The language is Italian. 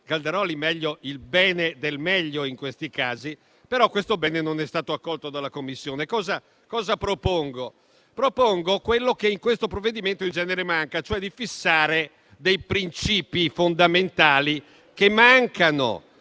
Calderoli: meglio il bene del meglio, in questi casi. Questo bene, però, non è stato accolto dalla Commissione. Dunque propongo quello che in questo provvedimento in genere manca, cioè di fissare dei princìpi fondamentali, che in